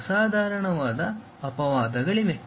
ಅಸಾಧಾರಣವಾದ ಅಪವಾದಗಳಿವೆ